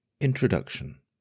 Introduction